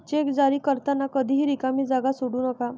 check जारी करताना कधीही रिकामी जागा सोडू नका